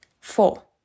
Four